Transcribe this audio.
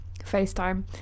FaceTime